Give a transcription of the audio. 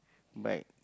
but